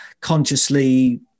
consciously